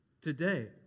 today